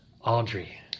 Audrey